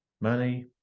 money